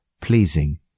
pleasing